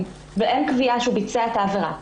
ואין קביעה שהוא ביצע את העבירה,